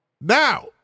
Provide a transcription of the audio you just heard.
Now